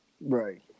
Right